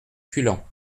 culan